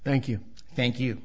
thank you thank you